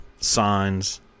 signs